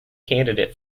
candidate